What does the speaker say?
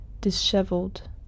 disheveled